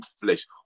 flesh